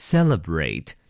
Celebrate